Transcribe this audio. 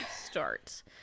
start